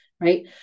right